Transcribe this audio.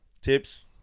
Tips